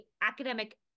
academic